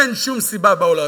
אין שום סיבה בעולם.